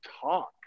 talk